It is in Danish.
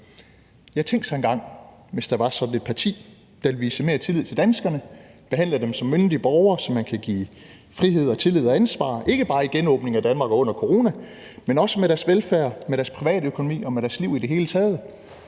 Ja, tænk sig engang, hvis der var sådan et parti, der viste mere tillid til danskerne, behandlede dem som myndige borgere, som man kan give frihed og tillid og ansvar, ikke bare i genåbningen af Danmark og under corona, men også i forbindelse med deres velfærd, deres privatøkonomi og med deres liv i det hele taget.